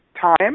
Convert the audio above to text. time